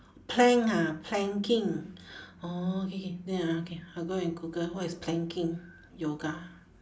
plank ah planking orh K K then ah K I'll go and google what is planking yoga